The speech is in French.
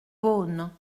beaune